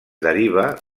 deriva